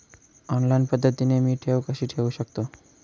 Online पद्धतीने मी ठेव कशी ठेवू शकतो?